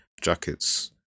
jackets